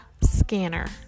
scanner